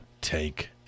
take